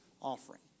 offering